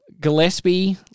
Gillespie